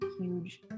huge